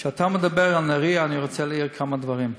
כשאתה מדבר על נהריה, אני רוצה להעיר כמה דברים,